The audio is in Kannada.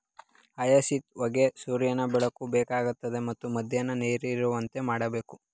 ಹಯಸಿಂತ್ ಹೂಗೆ ಸೂರ್ಯನ ಬೆಳಕು ಬೇಕಾಗ್ತದೆ ಮತ್ತು ಮಧ್ಯಮ ನೀರಿರುವಂತೆ ಮಾಡ್ಬೇಕು